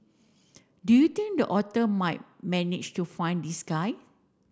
do you think the otter might manage to find these guy